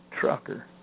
trucker